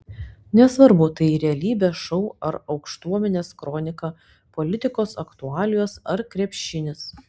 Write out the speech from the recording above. nesvarbu tai realybės šou ar aukštuomenės kronika politikos aktualijos ar krepšinis